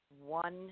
one